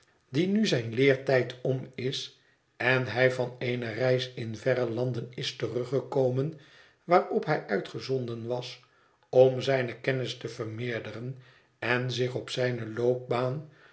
die nu zijn leertijd om is en hij van eene reis in verre landen is teruggekomen waarop hij uitgezonden was om zijne kennis te vermeerderen en zich op zijne loopbaan